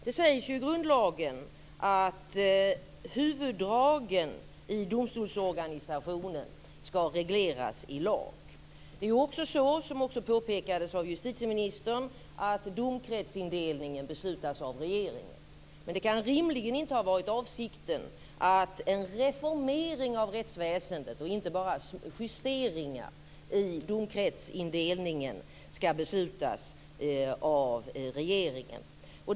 Det sägs i grundlagen att huvuddragen i domstolsorganisationen ska regleras i lag. Det är också så, som påpekades av justitieministern, att domkretsindelningen beslutas av regeringen. Men det kan rimligen inte ha varit avsikten att en reformering av rättsväsendet, och inte bara justeringar i domkretsindelningen, ska beslutas av regeringen.